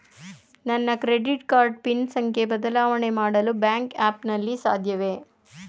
ನನ್ನ credit card PIN ಸಂಖ್ಯೆ ಬದಲಾವಣೆ ಮಾಡಲು ಬ್ಯಾಂಕ್ ಆ್ಯಪ್ ನಲ್ಲಿ ಸಾಧ್ಯವೇ?